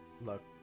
look